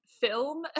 film